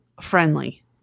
friendly